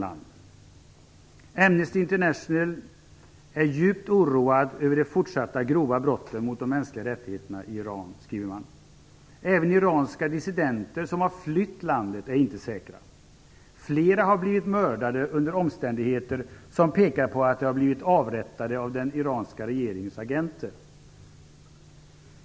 "Amnesty International är djupt oroat över de fortsatta grova brotten mot mänskliga rättigheter i "Även iranska dissidenter som har flytt landet är inte säkra; flera har blivit mördade under omständigheter som pekar på att de har blivit avrättade av den iranska regeringens agenter."